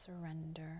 surrender